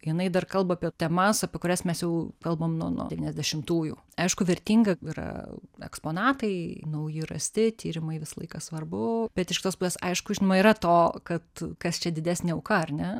jinai dar kalba apie temas apie kurias mes jau kalbam nuo nuo devyniasdešimtųjų aišku vertinga yra eksponatai nauji rasti tyrimai visą laiką svarbu bet iš kitos pusės aišku žinoma yra to kad kas čia didesnė auka ar ne